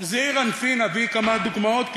אביא כמה דוגמאות,